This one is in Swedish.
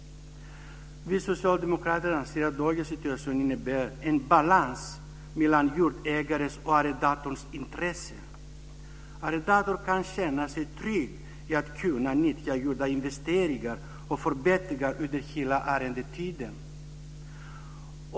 Vi socialdemokrater anser att dagens situation innebär en balans mellan jordägarens och arrendatorns intressen. Arrendatorn kan känna sig trygg i att kunna nyttja gjorda investeringar och förbättringar under hela arrendetiden.